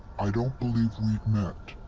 i don't believe we've met?